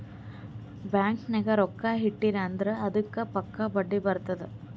bank ನಾಗ್ ರೊಕ್ಕಾ ಇಟ್ಟಿರಿ ಅಂದುರ್ ಅದ್ದುಕ್ ಪಕ್ಕಾ ಬಡ್ಡಿ ಬರ್ತುದ್